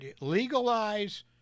legalize